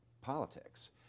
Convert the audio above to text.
politics